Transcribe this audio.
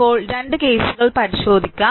ഇപ്പോൾ 2 കേസുകൾ പരിശോധിക്കാം